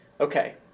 Okay